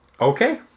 Okay